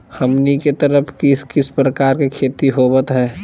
हमनी के तरफ किस किस प्रकार के खेती होवत है?